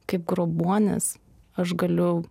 kaip grobuonis aš galiu